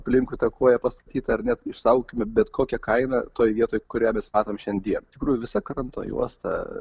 aplink ta koja pastatyta ar net išsaugokime bet kokia kaina toje vietoj kurią mes matom šiandien iš tikrųjų visa kranto juosta